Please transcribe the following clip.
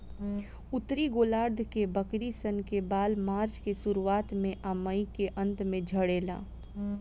उत्तरी गोलार्ध के बकरी सन के बाल मार्च के शुरुआत में आ मई के अन्तिम में झड़ेला